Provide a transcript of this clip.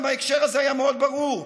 גם בהקשר הזה היה מאוד ברור.